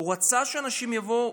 הוא רצה שאנשים יבואו.